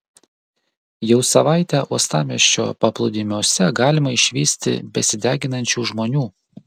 jau savaitę uostamiesčio paplūdimiuose galima išvysti besideginančių žmonių